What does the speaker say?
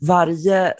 Varje